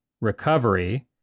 recovery